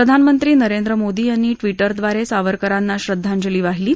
प्रधानमंत्री नरेंद्र मोदी यांनी ट्विटरद्वारे सावरकरांना श्रद्वांजली वाहिली आहे